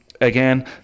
again